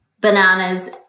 bananas